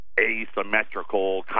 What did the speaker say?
asymmetrical